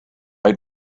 just